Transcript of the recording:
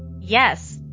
Yes